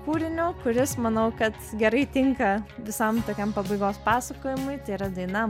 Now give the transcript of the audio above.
kūriniu kuris manau kad gerai tinka visam tokiam pabaigos pasakojimui tai yra daina